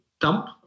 dump